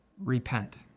repent